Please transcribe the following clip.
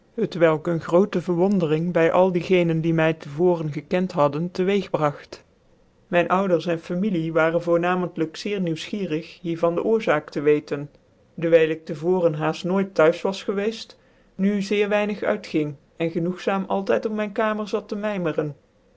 t welk een grootc verwondering by al die gecnen die my te vooren gekent hadden te weeg bragt myn ouders en familie waren voornamentlijk zeer nieuwsgierig hier van de oorzaak te weten dewijl ik te vooren haaft nooit te huis was geweeft nu zeer weinig uirging en genoegzaam altyd op myn kamer zat te mymcren